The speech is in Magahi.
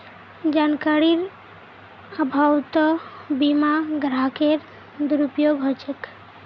जानकारीर अभाउतो बीमा ग्राहकेर दुरुपयोग ह छेक